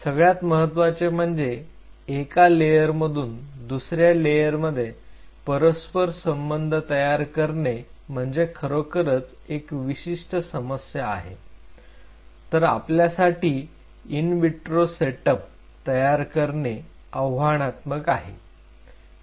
सगळ्यात महत्त्वाचे म्हणजे एका लेयर मधून दुसऱ्या लेअरमध्ये परस्पर संबंध तयार करणे म्हणजे खरोखरच एक विशिष्ट समस्या आहे तर आपल्यासाठी ईन विट्रो सेटअप तयार करणे आव्हानात्मक आहे